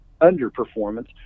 underperformance